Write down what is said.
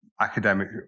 academic